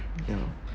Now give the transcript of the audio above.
yeah